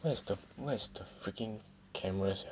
where's where's the freaking camera sia